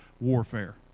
warfare